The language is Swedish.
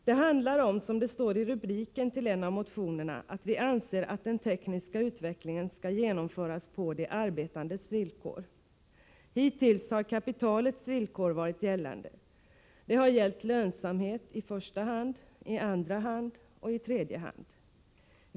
Det handlar om, som det står i rubriken till en av motionerna, att den tekniska utvecklingen skall genomföras på de arbetandes villkor. Hittills har kapitalets villkor varit gällande. Det har gällt lönsamhet i första hand, i andra hand och i tredje hand.